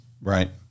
right